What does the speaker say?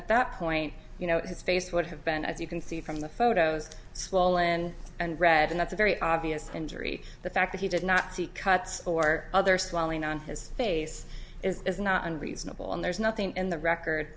at that point you know his face would have been as you can see from the photos small and and red and that's a very obvious injury the fact that he did not see cuts or other swelling on his face is not unreasonable and there's nothing in the record